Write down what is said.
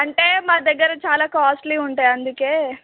అంటే మా దగ్గర చాలా కాస్ట్లీవి ఉంటాయి అందుకని